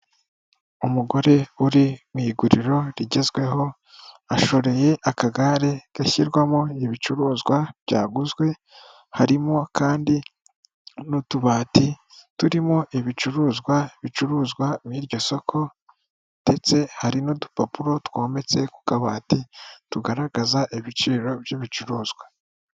Umugore uri mu iguriro rigezweho, ashoreye akagare gashyirwamo ibicuruzwa byaguzwe, harimo kandi n'utubati turimo ibicuruzwa bicuruzwa mu iryo soko ndetse hari n'udupapuro twometse ku kabati tugaragaza ibiciro by'ibicuruzwa.